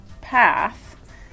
path